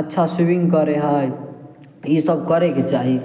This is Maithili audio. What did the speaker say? अच्छा स्विमिंग करय हइ ई सब करयके चाही